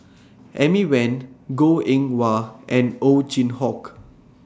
Amy Van Goh Eng Wah and Ow Chin Hock